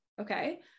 Okay